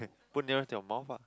put nearer to your mouth ah